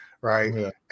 right